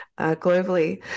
globally